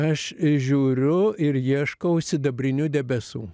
aš žiūriu ir ieškau sidabrinių debesų